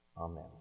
Amen